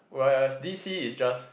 whereas DC is just